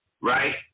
right